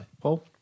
Paul